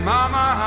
Mama